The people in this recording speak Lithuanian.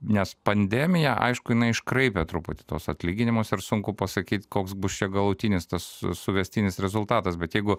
nes pandemija aišku jinai iškraipė truputį tuos atlyginimus ir sunku pasakyt koks bus čia galutinis tas su suvestinis rezultatas bet jeigu